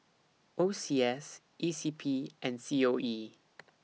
O C S E C P and C O E